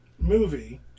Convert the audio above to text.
movie